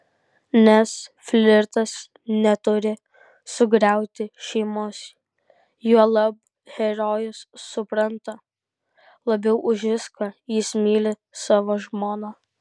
nes flirtas neturi sugriauti šeimos juolab herojus supranta labiau už viską jis myli savo žmoną